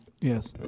Yes